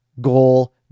goal